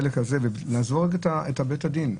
נעזוב רגע את בית הדין.